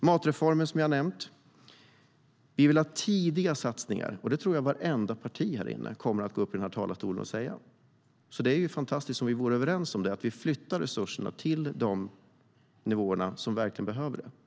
Jag har nämnt matreformen. Vi vill ha tidiga satsningar. Det tror jag att representanter för vartenda parti här inne kommer att gå upp i talarstolen och säga. Det är fantastiskt om vi är överens om det och flyttar resurserna till de nivåer som verkligen behöver dem.